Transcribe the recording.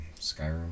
Skyrim